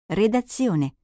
redazione